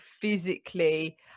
physically